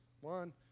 one